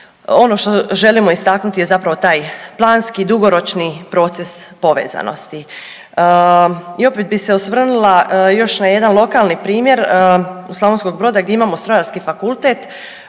Ono što želimo istaknuti je zapravo taj planski dugoročni proces povezanosti. I opet bi se osvrnula još na jedan lokalni primjer Slavonskog Broda gdje imamo Strojarski fakultet,